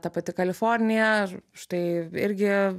ta pati kalifornija štai irgi